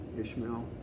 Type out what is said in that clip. Ishmael